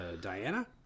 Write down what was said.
Diana